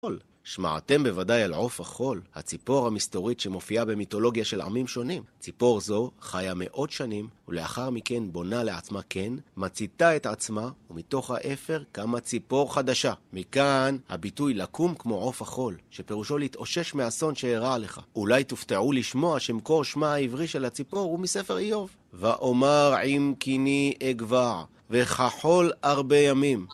שמעתם בוודאי על עוף החול, הציפור המסתורית שמופיעה במיתולוגיה של עמים שונים. ציפור זו חיה מאות שנים, ולאחר מכן בונה לעצמה קן, מציתה את עצמה, ומתוך העפר קמה ציפור חדשה. מכאן הביטוי לקום כמו עוף החול, שפירושו להתאושש מהאסון שארע לך. אולי תופתעו לשמוע שמקור שמה העברי של הציפור הוא מספר איוב. וָאֹמַר, עִם-קִנִּי אֶגְוָע, וְכַחוֹל, אַרְבֶּה יָמִים.